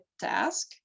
task